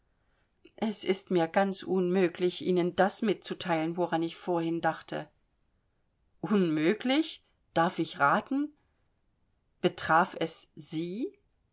es ist mir ganz unmöglich ihnen das mitzuteilen woran ich vorhin dachte unmöglich darf ich raten betraf es sie